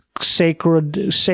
sacred